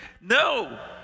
No